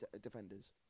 defenders